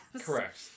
Correct